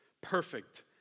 perfect